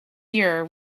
year